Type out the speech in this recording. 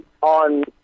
on